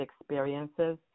experiences